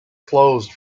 closed